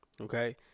Okay